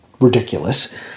ridiculous